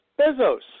Bezos